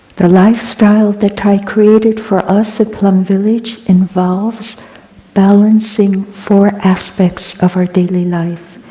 the lifestyle that thay created for us at plum village involves balancing four aspects of our daily life